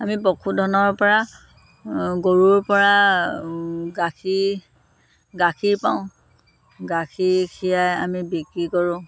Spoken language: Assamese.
আমি পশুধনৰ পৰা গৰুৰ পৰা গাখীৰ গাখীৰ পাওঁ গাখীৰ খীৰাই আমি বিক্ৰী কৰোঁ